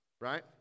right